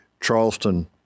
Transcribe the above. Charleston